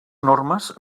normes